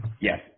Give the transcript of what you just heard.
Yes